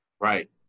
right